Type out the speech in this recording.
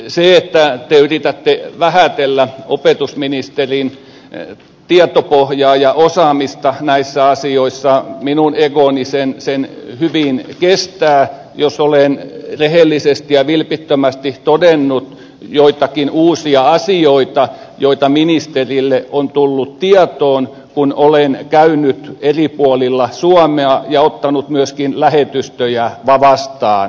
sen että te yritätte vähätellä opetusministerin tietopohjaa ja osaamista näissä asioissa minun egoni hyvin kestää jos olen rehellisesti ja vilpittömästi todennut joitakin uusia asioita joita ministerille on tullut tietoon kun olen käynyt eri puolilla suomea ja ottanut myöskin lähetystöjä vastaan